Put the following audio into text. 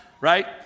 right